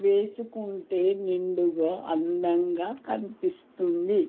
వేసుకుంటే నిండుగా అందంగా కనిపిస్తుంది